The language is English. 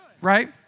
right